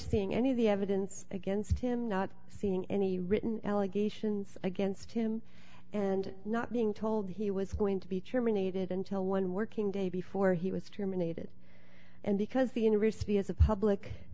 seeing any of the evidence against him not seeing any written allegations against him and not being told he was going to be terminated until one working day before he was terminated and because the university has a public